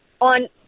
on